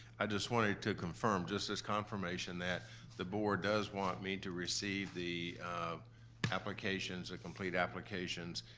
i just wanted to confirm, just this confirmation, that the board does want me to receive the applications or complete applications.